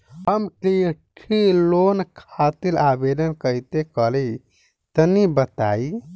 हम कृषि लोन खातिर आवेदन कइसे करि तनि बताई?